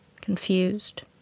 confused